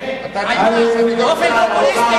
באופן פופוליסטי,